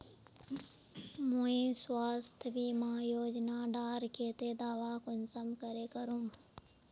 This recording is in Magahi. मुई स्वास्थ्य बीमा योजना डार केते दावा कुंसम करे करूम?